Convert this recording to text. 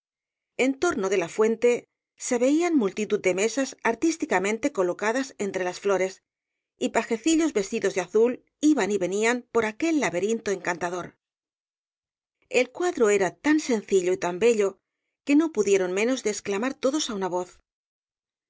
en torno de la fuente se veían multitud de mesas artísticamente colocadas entre las flores y pajecillos vestidos de azul iban y venían por aquel laberinto encantador el cuadro era tan sencillo y tan bello que no pudieron menos de exclamar todos á una voz